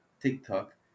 tiktok